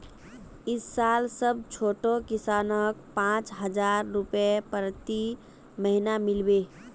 इस साल सब छोटो किसानक पांच हजार रुपए प्रति महीना मिल बे